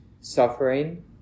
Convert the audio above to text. suffering